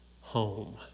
home